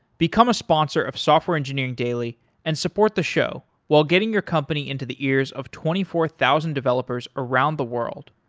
become a sponsor of software engineering daily and support the show while getting your company into the ears of twenty four thousand developers around the world.